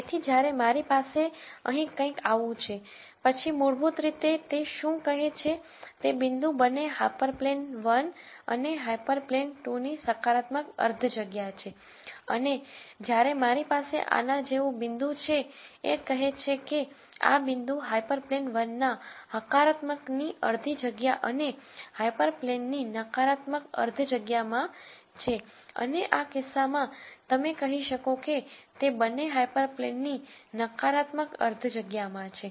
તેથી જ્યારે મારી પાસે અહીં કંઈક આવું છે પછી મૂળભૂત રીતે તે શું કહે છે તે પોઈન્ટ બંને હાયપરપ્લેન 1 અને હાયપરપ્લેન 2 ની પોઝિટિવ અર્ધ જગ્યામાં છે અને જ્યારે મારી પાસે આના જેવો પોઇન્ટ છે એ કહે છે કે આ બિંદુ હાયપરપ્લેન 1 ના પોઝિટિવ ની અડધી જગ્યા અને હાયપરપ્લેન 2 ની નેગેટિવ અર્ધ જગ્યા માં છે અને આ કિસ્સામાં તમે કહી શકો કે તે બંને હાયપરપ્લેન ની નેગેટિવ અર્ધ જગ્યામાં છે